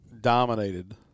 dominated